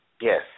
Yes